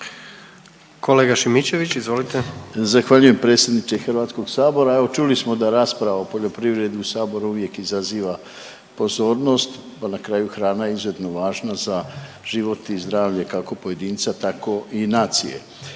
**Šimičević, Rade (HDZ)** Zahvaljujem predsjedniče HS. Evo čuli smo da rasprava o poljoprivredi u saboru uvijek izaziva pozornost, pa na kraju krajeva i izuzetnu važnost za život i zdravlje kako pojedinca tako i nacije.